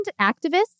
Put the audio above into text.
activists